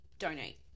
Donate